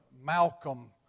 Malcolm